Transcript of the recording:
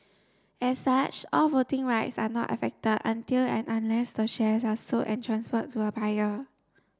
as such all voting rights are not affected until and unless the shares are sold and transferred to a buyer